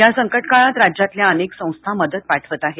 या संकटकाळात राज्यातळि अनेकसंस्था मदत पाठवत आहेत